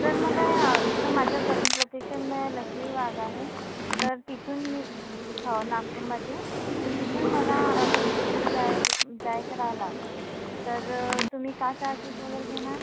जर मला जे माझं करंट लोकेशन आहे लष्करी भाग आहे तर तिथून मी हो नागपूरमध्ये तर तिथून मला अगर शिर्डी जाय जायचं राहिलं तर तुम्ही काय चार्जेस वगैरे घेणार